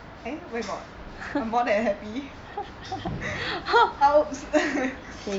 eh where got more than happy !ouch!